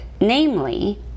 Namely